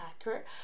accurate